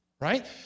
right